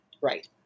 Right